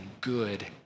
good